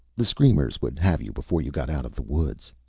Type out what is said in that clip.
the screamers would have you before you got out of the woods.